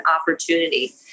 opportunity